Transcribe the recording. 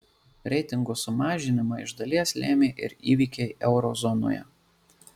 reitingo sumažinimą iš dalies lėmė ir įvykiai euro zonoje